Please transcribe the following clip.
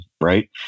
right